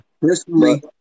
Personally